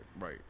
right